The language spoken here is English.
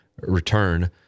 return